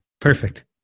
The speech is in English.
Perfect